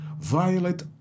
violate